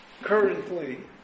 currently